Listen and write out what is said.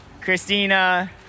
Christina